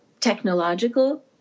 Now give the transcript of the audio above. technological